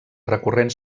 recorrent